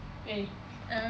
eh